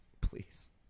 please